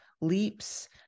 leaps